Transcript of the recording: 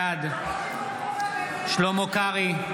בעד שלמה קרעי,